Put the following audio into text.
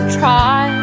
try